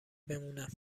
بمونم